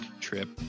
trip